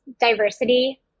diversity